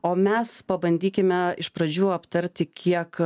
o mes pabandykime iš pradžių aptarti kiek